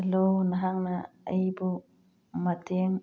hello ꯅꯍꯥꯛꯅ ꯑꯩꯕꯨ ꯃꯇꯦꯡ